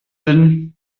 bin